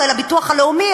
אולי לביטוח לאומי,